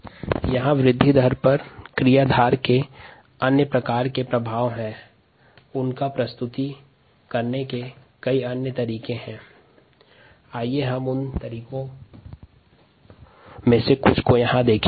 वृद्धि दर पर क्रियाधार के प्रभाव का प्रस्तुतीकरण सन्दर्भ स्लाइड समय 2657 है